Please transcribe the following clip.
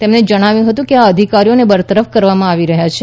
તેમણે જણાવ્યું હતું કે આ અધિકારીઓ ને બરતરફ કરવામાં આવી રહ્યા છે